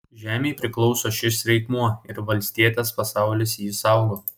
žemei priklauso šis reikmuo ir valstietės pasaulis jį saugo